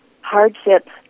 hardships